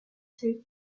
two